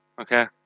Okay